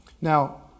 Now